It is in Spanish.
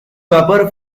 vapor